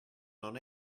non